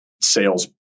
sales